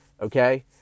okay